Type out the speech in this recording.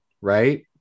right